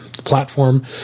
platform